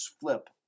flip